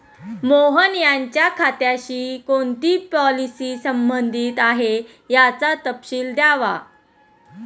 मोहन यांच्या खात्याशी कोणती पॉलिसी संबंधित आहे, याचा तपशील द्यावा